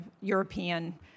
European